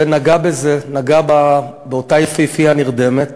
ונגע באותה יפהפייה נרדמת